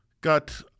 got